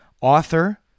author